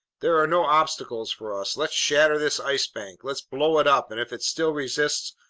there are no obstacles for us! let's shatter this ice bank! let's blow it up, and if it still resists,